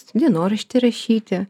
dienoraštį rašyti